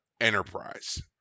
Enterprise